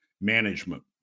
management